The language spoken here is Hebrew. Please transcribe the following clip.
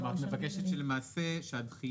את מבקשת שהדחייה,